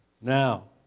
Now